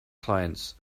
clients